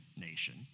nation